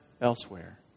elsewhere